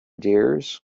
dears